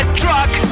truck